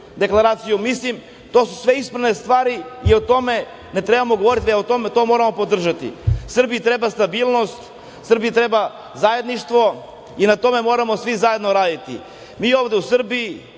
su to sve ispravne stvari i tome ne trebamo govoriti, to moramo podržati. Srbiji treba stabilnost, Srbiji treba zajedništvo i na tome moramo svi zajedno raditi. Mi ovde u Srbiji,